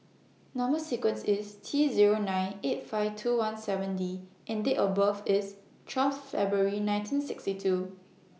Number sequence IS T Zero nine eight five two one seven D and Date of birth IS twelve February nineteen sixty two